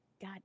God